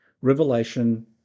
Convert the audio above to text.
Revelation